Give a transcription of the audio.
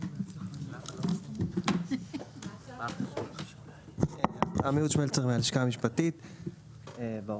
יש לבחון את זה.